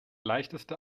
leichteste